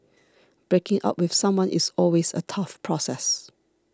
breaking up with someone is always a tough process